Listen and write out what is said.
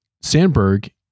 Sandberg